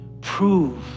prove